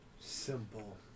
simple